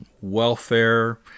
welfare